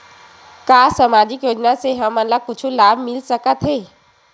का सामाजिक योजना से हमन ला कुछु लाभ मिल सकत हे?